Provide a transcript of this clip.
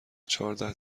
چهارده